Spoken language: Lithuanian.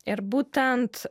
ir būtent